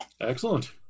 Excellent